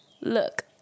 look